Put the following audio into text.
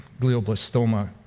glioblastoma